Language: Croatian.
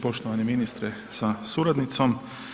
Poštovani ministre sa suradnicom.